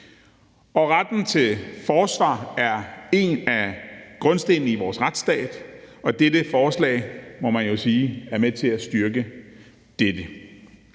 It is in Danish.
Retten til forsvar er en af grundstenene i vores retsstat, og dette forslag, må man jo sige, er med til at styrke dette.